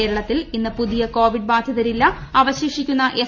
കേരളത്തിൽ ഇന്ന് പുതിയ കോവിഡ് ബാധിതരില്ല അവശേഷിക്കുന്ന എസ്